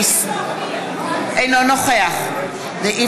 אינו נוכח גלעד ארדן,